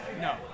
No